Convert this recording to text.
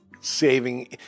saving